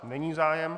Není zájem.